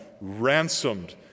ransomed